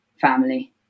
family